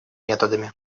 методами